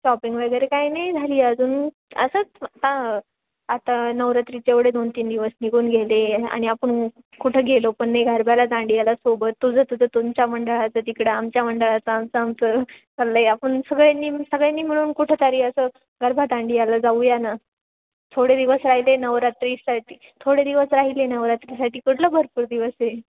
shopping वगैरे काय नाही झाली अजून असंच हां आता नवरात्रीच्या एवढे दोन तीन दिवस निघून गेले आणि आपण कुठं गेलो पण नाही गरबाला दांडीयाला सोबत तुझं तुझं तुमच्या मंडळाचं तिकडं आमच्या मंडळाचं आमचं आमचं चाललं आहे आपण सगळ्यांनी सगळ्यांनी मिळून कुठं तरी असं गरबात दांडीयाला जाऊया न थोडे दिवस राहिले नवरात्रीसाठी थोडे दिवस राहिले नवरात्रीसाठी कुठलं भरपूर दिवस आहे